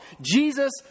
Jesus